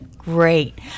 Great